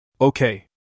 Okay